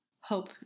hope